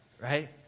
right